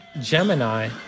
Gemini